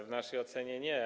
W naszej ocenie - nie.